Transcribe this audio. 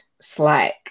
slack